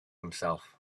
himself